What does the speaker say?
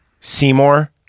Seymour